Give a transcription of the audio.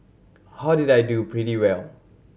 how did I do pretty well